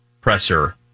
presser